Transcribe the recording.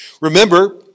Remember